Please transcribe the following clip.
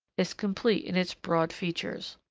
is complete in its broad features.